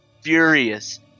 furious